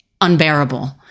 unbearable